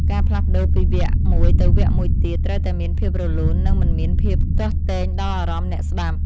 ការផ្លាស់ប្តូរពីវគ្គមួយទៅវគ្គមួយទៀតត្រូវតែមានភាពរលូន និង មិនមានភាពទាស់ទែងដល់អារម្មណ៍អ្នកស្ដាប់។